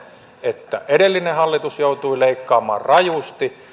että edellinen hallitus joutui leikkaamaan rajusti